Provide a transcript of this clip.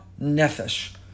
nefesh